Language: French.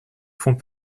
font